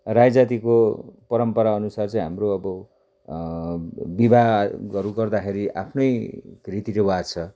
राई जातिको परम्पराअनुसार चाहिँ हाम्रो अब विवाहहरू गर्दाखेरि आफ्नै रीति रिवाज छ